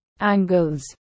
angles